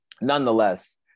Nonetheless